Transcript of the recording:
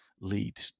lead